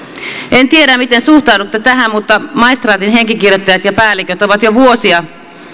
en tiedä miten suhtaudutte tähän mutta maistraatin henkikirjoittajat ja päälliköt ovat jo vuosia